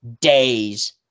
Days